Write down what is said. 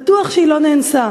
בטוח שהיא לא נאנסה.